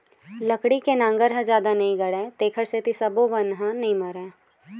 लकड़ी के नांगर ह जादा नइ गड़य तेखर सेती सब्बो बन ह नइ मरय